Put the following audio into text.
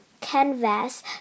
canvas